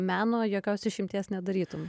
meno jokios išimties nedarytum